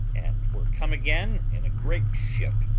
and were come again in a great ship,